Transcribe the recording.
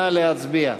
נא להצביע.